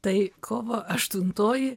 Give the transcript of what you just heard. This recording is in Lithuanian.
tai kovo aštuntoji